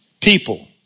People